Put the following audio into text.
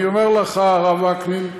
אני אומר לך, הרב וקנין,